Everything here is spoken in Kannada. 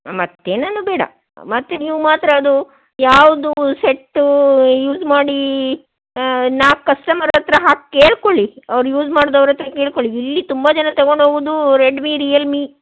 ಮತ್ತು ಏನನ್ನು ಬೇಡ ಮತ್ತೆ ನೀವು ಮಾತ್ರ ಅದು ಯಾವುದು ಸೆಟ್ಟು ಯೂಸ್ ಮಾಡಿ ನಾಲ್ಕು ಕಸ್ಟಮರ್ ಹತ್ರ ಹಾಕಿ ಕೇಳ್ಕೊಳ್ಳಿ ಅವ್ರ ಯೂಸ್ ಮಾಡ್ದವ್ರು ಹತ್ರ ಕೇಳ್ಕೊಳ್ಳಿ ಇಲ್ಲಿ ತುಂಬ ಜನ ತಗೊಂಡು ಹೋಗೋದು ರೆಡ್ಮಿ ರಿಯಲ್ಮಿ